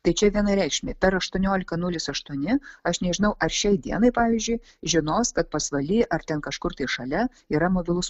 tai čia vienareikšmiai per aštuoniolika nulis aštuoni aš nežinau ar šiai dienai pavyzdžiui žinos kad pasvaly ar ten kažkur tai šalia yra mobilus